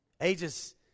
ages